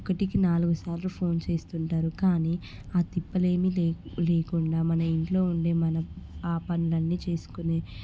ఒకటికి నాలుగు సార్లు ఫోన్ చేస్తుంటారు కానీ ఆ తిప్పలేమి లే లేకుండా మన ఇంట్లో ఉండే మన ఆ పనులన్నీ చేసుకునే